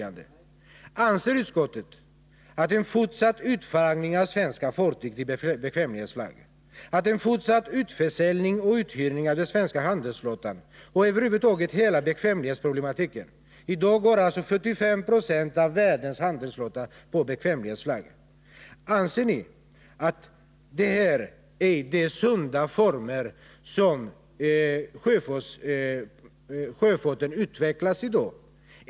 Anser utskottet att en fortsatt utflaggning av svenska fartyg, fortsatt utförsäljning och uthyrning av den svenska handelsflottan och över huvud taget alla de problem som sammanhänger med bekvämlighetsflaggningen — i dag går 45 96 av världens handelsflotta under bekvämlighetsflagg — är sunda former för sjöfartens utveckling?